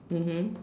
mmhmm